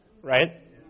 right